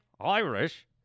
Irish